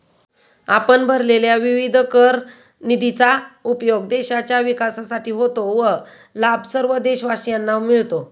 आपण भरलेल्या विविध कर निधीचा उपयोग देशाच्या विकासासाठी होतो व लाभ सर्व देशवासियांना मिळतो